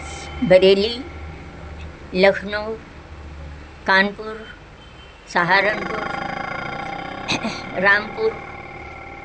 Bareilly Lucknow Kanpur Saharanpur Rampur